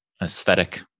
aesthetic